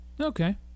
Okay